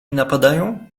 napadają